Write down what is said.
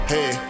Hey